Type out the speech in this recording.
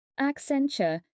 Accenture